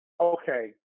okay